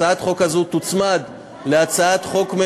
הצעת החוק הזו תוצמד להצעת חוק,